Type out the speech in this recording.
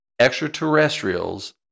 extraterrestrials